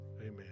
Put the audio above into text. Amen